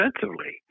defensively